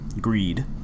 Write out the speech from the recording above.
Greed